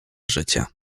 życia